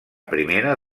primera